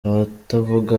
abatavuga